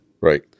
Right